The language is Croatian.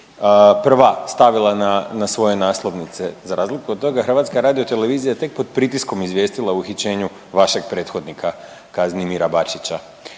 prva stavila na svoje naslovnice, za razliku od toga, HRT tek pod pritiskom izvijestila o uhićenju vašeg prethodnika Kazimira Bačića.